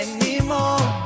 Anymore